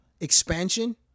expansion